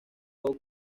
how